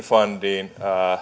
finnfundiin